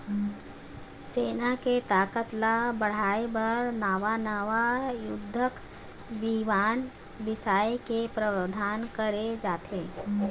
सेना के ताकत ल बढ़ाय बर नवा नवा युद्धक बिमान बिसाए के प्रावधान करे जाथे